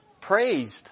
praised